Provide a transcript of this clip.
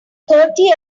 thirty